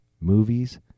movies